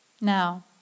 Now